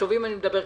הטובים כלכלית,